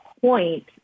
point